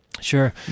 Sure